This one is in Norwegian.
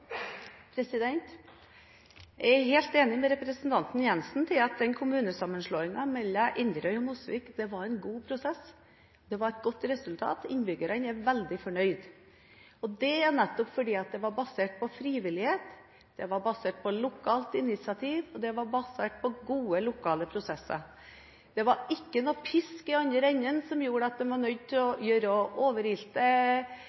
Jeg er helt enig med representanten Jenssen i at kommunesammenslåingen mellom Inderøy og Mosvik var en god prosess. Det var et godt resultat, og innbyggerne er veldig fornøyd. Det er nettopp fordi det var basert på frivillighet, det var basert på lokalt initiativ, og det var basert på gode, lokale prosesser. Det var ingen pisk i den andre enden som gjorde at man var nødt til